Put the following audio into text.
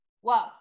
Whoa